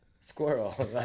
squirrel